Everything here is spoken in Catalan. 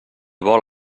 vol